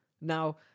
Now